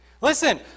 Listen